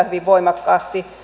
hyvin voimakkaasti